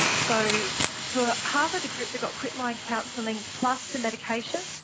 so for half of the group that got quitline counselling plus the medication,